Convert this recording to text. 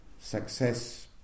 success